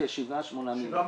7.2 מיליון.